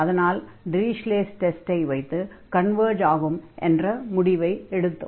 அதனால்தான் டிரிஷ்லே'ஸ் டெஸ்டை Dirichlet's test வைத்து கன்வர்ஜ் ஆகும் என்ற முடிவை எடுத்தோம்